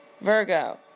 Virgo